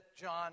John